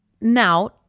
Now